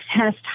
test